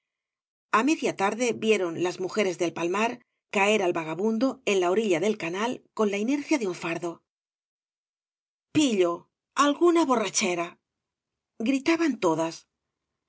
a media tarde vieron las mujeres del palmar caer al vagabundo en la orilla del canal con la inercia de un fardo pillo alguna borrachera gritaban todas